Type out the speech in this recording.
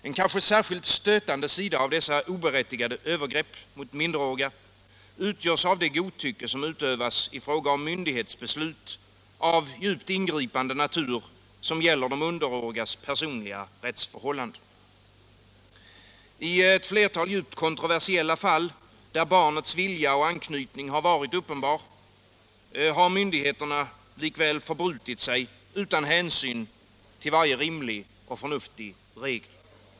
En kanske särskilt stötande sida av dessa oberättigade övergrepp mot minderåriga utgörs av det godtycke vilket utövas i fråga om myndighets beslut av djupt ingripande natur och vilket gäller de underårigas personliga rättsförhållanden. I ett flertal djupt kontroversiella fall, där barnets vilja och anknytning har varit uppenbar, har myndigheterna likväl förbrutit sig utan hänsyn till varje rimlig och förnuftig regel.